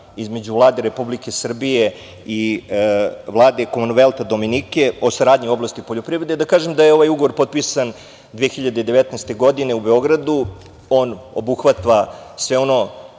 između Vlade Republike Srbije i Vlade Komonvelta Dominike o saradnji u oblasti poljoprivrede, ovaj ugovor je potpisan 2019. godine u Beogradu. On obuhvata stepen